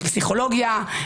בפסיכולוגיה,